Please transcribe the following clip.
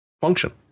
function